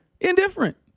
Indifferent